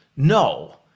No